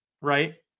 right